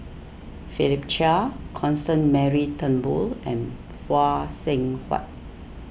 Philip Chia Constance Mary Turnbull and Phay Seng Whatt